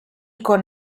con